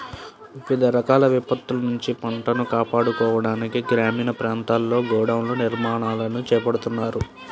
వివిధ రకాల విపత్తుల నుంచి పంటను కాపాడుకోవడానికి గ్రామీణ ప్రాంతాల్లో గోడౌన్ల నిర్మాణాలను చేపడుతున్నారు